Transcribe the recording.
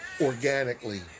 organically